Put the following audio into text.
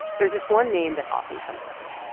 there's this one name that often comes up,